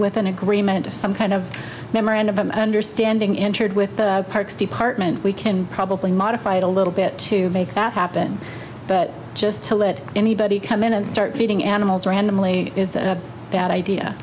with an agreement of some kind of memorandum of understanding intrade with the parks department we can probably modify it a little bit to make that happen but just to let anybody come in and start feeding animals randomly is a bad idea